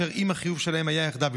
אם החיוב שלהם היה יחדיו,